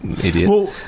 idiot